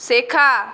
শেখা